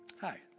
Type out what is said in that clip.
Hi